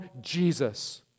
Jesus